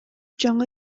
жаңы